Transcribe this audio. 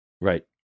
Right